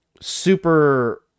super